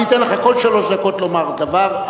אני אתן לך כל שלוש דקות לומר דבר,